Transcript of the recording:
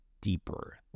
deeper